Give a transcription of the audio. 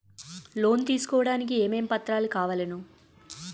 Loan తీసుకోడానికి ఏమేం పత్రాలు కావలెను?